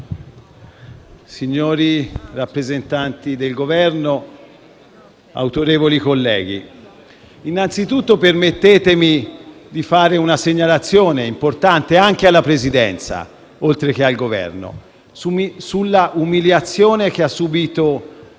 rappresentanti del Governo, autorevoli colleghi, innanzitutto permettetemi di fare una segnalazione importante anche alla Presidenza, oltre che al Governo, sulla umiliazione che ha subito